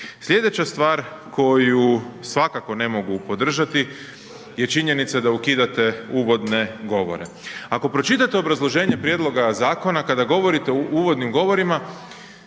Slijedeća stvar koju svakako ne mogu podržati je činjenica da ukidate uvodne govore. Ako pročitate obrazloženje prijedloga zakona kada govorite o uvodnim govorima,